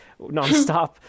nonstop